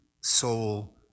soul